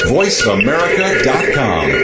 voiceamerica.com